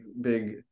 big